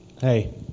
Hey